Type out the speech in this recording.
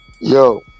Yo